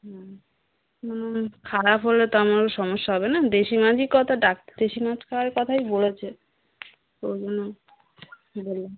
হুম হুম খারাপ হলে তো আমারও সমস্যা হবে না দেশি মাছই কথা ডাক দেশি মাছ খাওয়ার কথাই বলেছে ওই জন্য বললাম